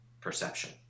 perception